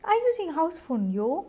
I using house phone yo